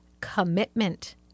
commitment